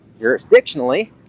jurisdictionally